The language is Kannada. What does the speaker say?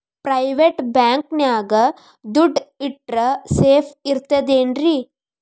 ಪ್ರೈವೇಟ್ ಬ್ಯಾಂಕ್ ನ್ಯಾಗ್ ದುಡ್ಡ ಇಟ್ರ ಸೇಫ್ ಇರ್ತದೇನ್ರಿ?